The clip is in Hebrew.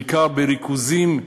בעיקר בריכוזים,